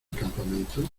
campamento